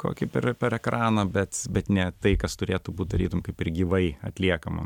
kokį per per ekraną bet bet ne tai kas turėtų būt tarytum kaip ir gyvai atliekama